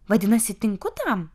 vadinasi tinku tam